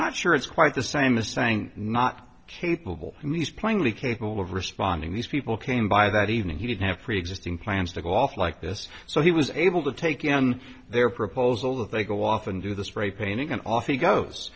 not sure it's quite the same as saying not capable in these plainly capable of responding these people came by that evening he did have preexisting plans to go off like this so he was able to take it on their proposal that they go off and do the spray painting and off he goes